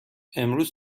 امروز